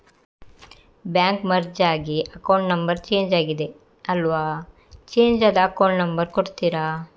Bank merge ಆಗಿ account number change ಆಗಿದೆ ಅಲ್ವಾ, ಚೇಂಜ್ ಆದ ಅಕೌಂಟ್ ನಂಬರ್ ಕೊಡ್ತೀರಾ?